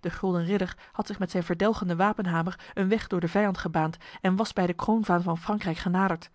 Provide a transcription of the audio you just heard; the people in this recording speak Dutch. de gulden ridder had zich met zijn verdelgende wapenhamer een weg door de vijand gebaand en was bij de kroonvaan van frankrijk genaderd